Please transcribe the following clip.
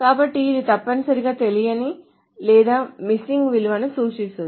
కాబట్టి ఇది తప్పనిసరిగా తెలియని లేదా మిస్సింగ్ విలువను సూచిస్తుంది